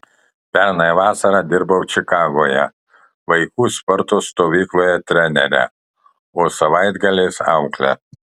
pernai vasarą dirbau čikagoje vaikų sporto stovykloje trenere o savaitgaliais aukle